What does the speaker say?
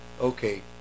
Okay